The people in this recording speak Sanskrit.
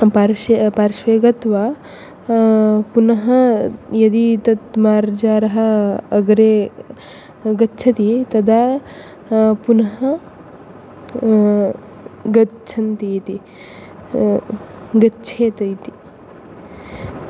पार्श्वे पार्श्वे गत्वा पुनः यदि तत् मार्जारः अग्रे गच्छति तदा पुनः गच्छन्ति इति गच्छेत् इति